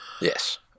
Yes